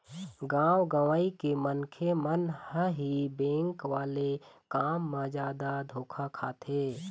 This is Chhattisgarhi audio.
गाँव गंवई के मनखे मन ह ही बेंक वाले काम म जादा धोखा खाथे